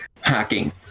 hacking